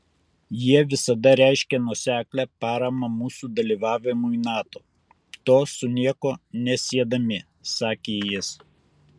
jie visada reiškė nuoseklią paramą mūsų dalyvavimui nato to su nieko nesiedami sakė jis